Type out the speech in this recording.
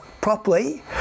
properly